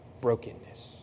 brokenness